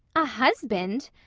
a husband!